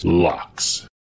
locks